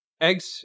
Eggs